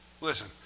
listen